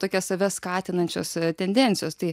tokia save skatinančios tendencijos tai